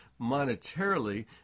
monetarily